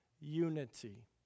unity